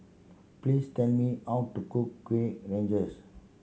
please tell me how to cook Kueh Rengas